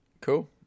Cool